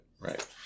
right